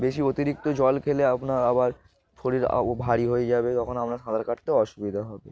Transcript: বেশি অতিরিক্ত জল খেলে আপনার আবার শরীর ভারী হয়ে যাবে তখন আপনার সাঁতার কাটতেও অসুবিধা হবে